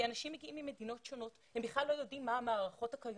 אנשים מגיעים ממדינות שונות והם בכלל לא יודעים מה המערכות הקיימות.